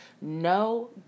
No